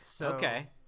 Okay